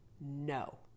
no